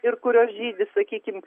ir kurios žydi sakykim